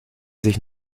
sich